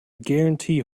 guarantee